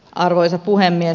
arvoisa puhemies